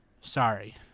sorry